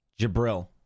Jabril